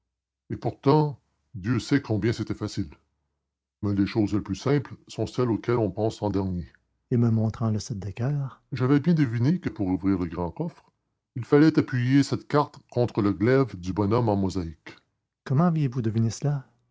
et pourtant dieu sait combien c'était facile mais les choses les plus simples sont celles auxquelles on pense en dernier et me montrant le sept de coeur j'avais bien deviné que pour ouvrir le grand coffre il fallait appuyer cette carte contre le glaive du bonhomme en mosaïque comment aviez-vous deviné cela